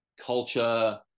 culture